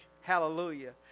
Hallelujah